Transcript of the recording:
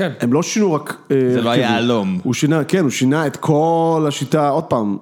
‫הם לא שינו רק... ‫זה לא היהלום. ‫כן, הוא שינה את כל השיטה, ‫עוד פעם